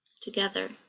together